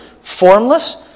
formless